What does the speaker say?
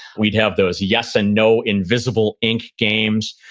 we'd have those yes and no invisible ink games,